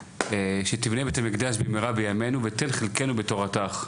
"שתבנה בית המקדש במהרה בימנו ותן חלקנו בתורתך"